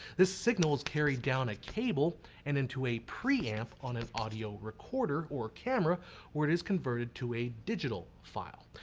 this signal is carried down a cable and into a preamp on an audio recorder or camera where it is converted into a digital file.